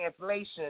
translation